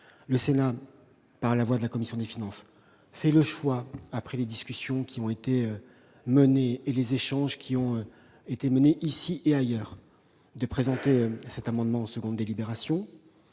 Le Sénat, par la voix de la commission des finances, a fait le choix, à la suite des discussions et des échanges qui ont été menés ici et ailleurs, de présenter cet amendement en seconde délibération.